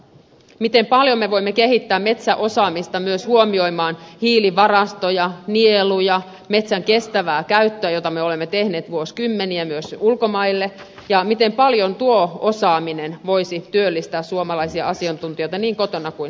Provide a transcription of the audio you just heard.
miten paljon me voimme kehittää metsäosaamista huomioimaan myös hiilivarastoja ja nieluja metsän kestävää käyttöä jota me olemme tehneet vuosikymmeniä myös ulkomaille ja miten paljon tuo osaaminen voisi työllistää suomalaisia asiantuntijoita niin kotona kuin ulkomailla